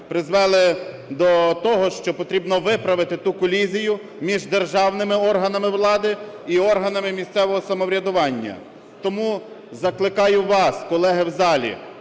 призвели до того, що потрібно виправити ту колізію між державними органами влади і органами місцевого самоврядування. Тому закликаю вас, колеги в залі,